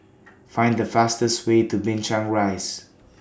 Find The fastest Way to Binchang Rise